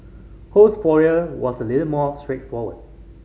Ho's foray was a little more straightforward